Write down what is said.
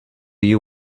you